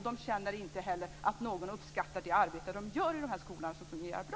De känner inte heller att någon uppskattar det arbete som görs i de här skolorna som fungerar bra.